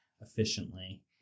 efficiently